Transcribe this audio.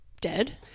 dead